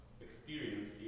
experience